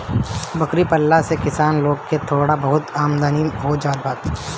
बकरी पालला से किसान लोग के थोड़ा बहुत आमदनी हो जात हवे